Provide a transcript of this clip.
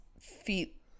feet